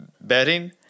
betting